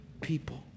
people